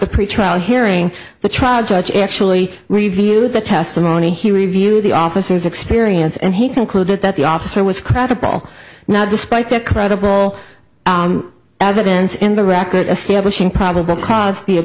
the pretrial hearing the trial judge actually reviewed the testimony he reviewed the officers experience and he concluded that the officer was credible now despite the credible evidence in the record establishing probable c